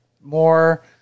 More